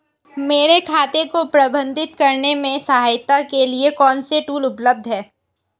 मेरे खाते को प्रबंधित करने में सहायता के लिए कौन से टूल उपलब्ध हैं?